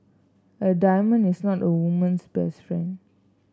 a diamond is not a woman's best friend